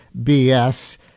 BS